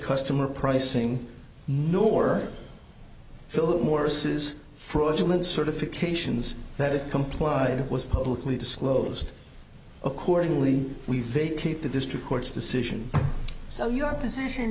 customer pricing nor philip morris is fraudulent certifications that it complied it was publicly disclosed accordingly we've vacate the district court's decision so your position